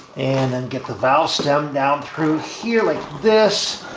and then get the valve stem down through here like this,